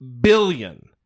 billion